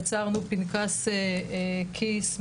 יצרנו פנקס כיס,